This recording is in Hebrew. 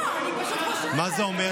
מה קרה לסולברג?